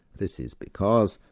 this is because,